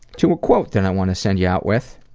to a quote that i want to send you out with,